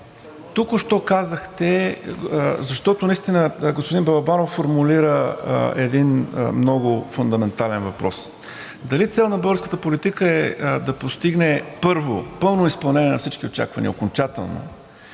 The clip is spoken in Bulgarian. Току-що казахте, защото наистина господин Балабанов формулира един много фундаментален въпрос: дали цел на българската политика е да постигне, първо, пълно изпълнение на всички очаквания, окончателно,